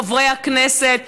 חברי הכנסת,